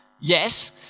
Yes